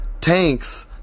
tanks